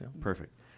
Perfect